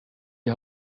die